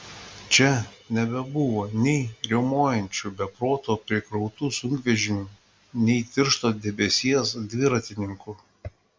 čia nebebuvo nei riaumojančių be proto prikrautų sunkvežimių nei tiršto debesies dviratininkų